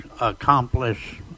accomplish